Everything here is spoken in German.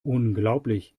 unglaublich